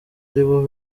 aribo